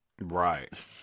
Right